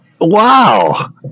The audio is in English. wow